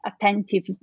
attentive